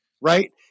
right